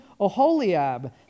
Oholiab